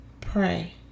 pray